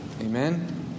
Amen